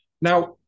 Now